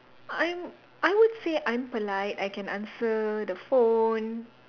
I'm I would say I'm polite I can answer the phone